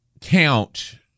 count